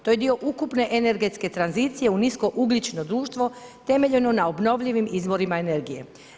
To je dio ukupne energetske tranzicije u nisko ugljično društvo temeljeno na obnovljivim izvorima energije.